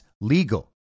legal